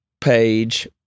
page